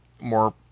more